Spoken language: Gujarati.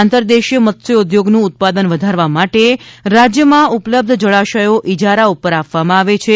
આંતર દેશીય મત્સ્યોદ્યોગનું ઉત્પાદન વધારવા માટે રાજ્યમાં ઉપલબ્ધ જળાશયો ઈજારા ઉપર આપવામાં આવે છે